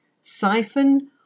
Siphon